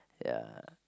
ya